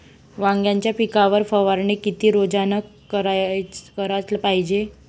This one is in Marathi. वांग्याच्या पिकावर फवारनी किती रोजानं कराच पायजे?